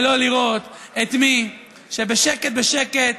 ולא לראות את מי שבשקט בשקט,